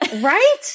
Right